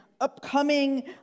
upcoming